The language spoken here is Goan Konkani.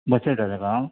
बसयता ताका आं